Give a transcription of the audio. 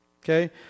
okay